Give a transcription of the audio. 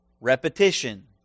Repetition